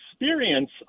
experience